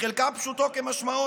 לחלקם פשוטו כמשמעו,